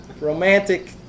Romantic